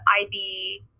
IB